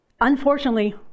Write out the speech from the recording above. Unfortunately